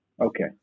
Okay